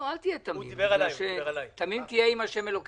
אל תהיה תמים, תמים תהיה עם ה' אלוקיך.